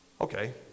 Okay